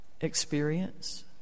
experience